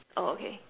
oh okay